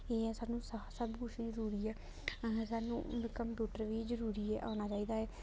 एह् ऐ सानूं सब कुछ जरूरी ऐ असें सानूं कंम्पयूटर बी जरूरी ऐ आना चाहिदा ऐ